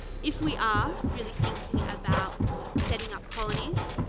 if we are really thinking about setting up colonies,